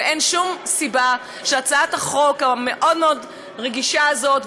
אין שום סיבה שהצעת החוק המאוד-מאוד רגישה הזאת,